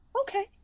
okay